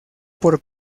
por